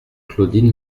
claudine